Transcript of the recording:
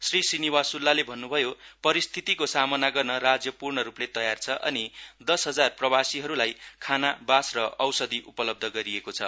श्री श्रीनिवास्ल्ले भन्न् भयो परिस्थिति को सामना गर्न राज्य पूर्णरूपले तयार छ अनि दश हजार प्रवासीहरूलाई खाना बास र औषधि उपलब्ध गरिएको छ